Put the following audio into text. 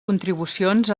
contribucions